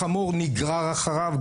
החמור נגרר אחריו,